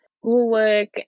schoolwork